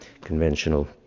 conventional